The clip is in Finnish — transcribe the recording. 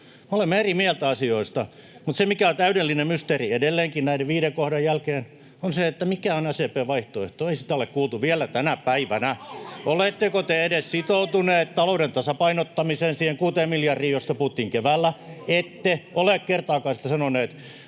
olemme eri mieltä asioista. Mutta se, mikä on täydellinen mysteeri edelleenkin näiden viiden kohdan jälkeen, on se, mikä on SDP:n vaihtoehto. Ei sitä ole kuultu vielä tänä päivänä. [Välihuutoja sosiaalidemokraattien ryhmästä] Oletteko te edes sitoutuneet talouden tasapainottamiseen, siihen kuuteen miljardiin, josta puhuttiin keväällä? Ette ole kertaakaan sitä sanoneet.